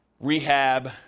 rehab